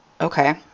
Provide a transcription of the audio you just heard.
Okay